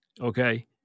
okay